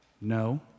No